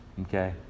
Okay